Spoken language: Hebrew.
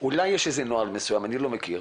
אולי יש איזה נוהל מסוים, אני לא מכיר.